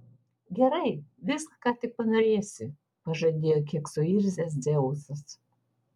gerai viską ką tik panorėsi pažadėjo kiek suirzęs dzeusas